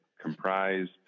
comprised